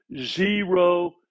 zero